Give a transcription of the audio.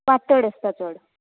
वातड आसता चड